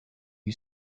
you